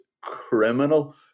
criminal